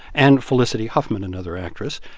and felicity huffman, another actress.